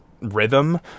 rhythm